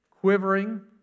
Quivering